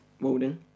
Walden